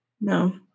no